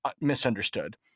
misunderstood